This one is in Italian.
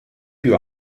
più